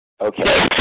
Okay